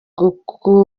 gukunda